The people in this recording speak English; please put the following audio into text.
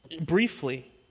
Briefly